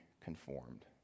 conformed